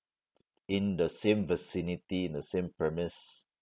in the same vicinity in the same premise